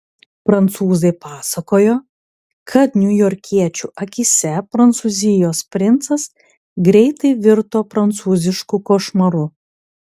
prancūzai pasakojo kad niujorkiečių akyse prancūzijos princas greitai virto prancūzišku košmaru